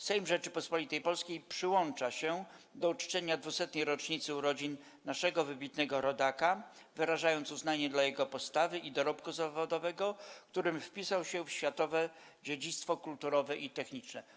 Sejm Rzeczypospolitej Polskiej przyłącza się do uczczenia 200. rocznicy urodzin naszego wybitnego Rodaka, wyrażając uznanie dla jego postawy i dorobku zawodowego, którym wpisał się w światowe dziedzictwo kulturowe i techniczne”